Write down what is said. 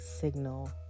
signal